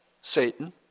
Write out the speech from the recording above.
Satan